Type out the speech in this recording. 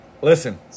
listen